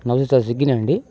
నమస్తే సార్ స్వీగ్గీనా అండీ